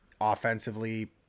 offensively